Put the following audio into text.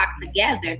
together